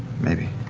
maybe.